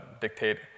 dictate